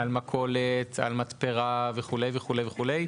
על מכולת, על מתפרה, וכו' וכו'